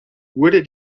wurde